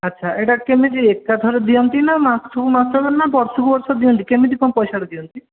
ଆଚ୍ଛା ଏଇଟା କେମିତି ଏକା ଥରେ ଦିଅନ୍ତି ନା ମାସକୁ ମାସ ନା ବର୍ଷକୁ ବର୍ଷ ଦିଅନ୍ତି କେମିତି କ'ଣ ପଇସାଟା ଦିଅନ୍ତି